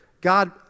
God